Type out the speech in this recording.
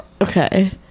okay